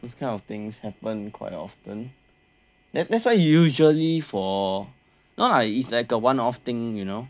these kind of things happen quite often that that's why usually for well I it's like a one off thing you know